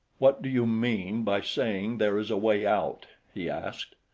what do you mean by saying there is a way out? he asked.